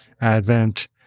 Advent